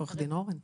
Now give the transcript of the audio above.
עורך דין אורן.